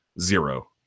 Zero